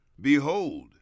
Behold